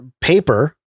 paper